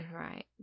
Right